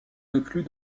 inclus